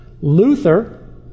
Luther